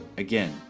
again,